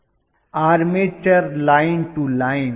professor armature line to line